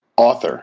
author